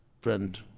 friend